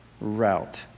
route